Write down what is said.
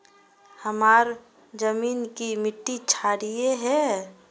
हमार जमीन की मिट्टी क्षारीय है?